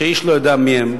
שאיש לא יודע מי הם,